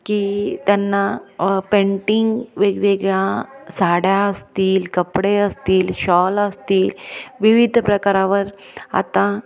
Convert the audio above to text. की त्यांना पेंटिंग वेगवेगळ्या साड्या असतील कपडे असतील शॉल असतील विविध प्रकारावर आता